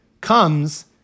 comes